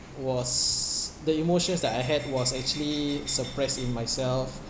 was the emotions that I had was actually suppressed in myself